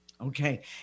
Okay